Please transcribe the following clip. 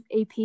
AP